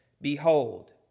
Behold